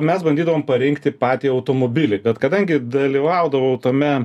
mes bandydavom parinkti patį automobilį bet kadangi dalyvaudavau tame